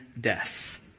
death